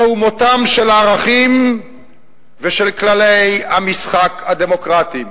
זהו מותם של הערכים ושל כללי המשחק הדמוקרטיים.